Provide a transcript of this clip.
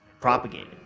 propagated